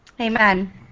Amen